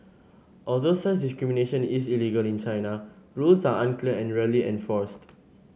although such discrimination is illegal in China rules are unclear and rarely enforced